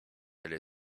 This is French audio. elle